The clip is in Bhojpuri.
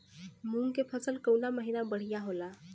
मुँग के फसल कउना महिना में बढ़ियां होला?